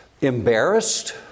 embarrassed